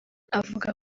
avuga